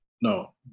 no